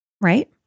right